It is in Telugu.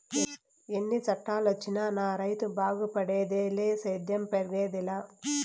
ఎన్ని చట్టాలొచ్చినా నా రైతు బాగుపడేదిలే సేద్యం పెరిగేదెలా